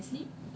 what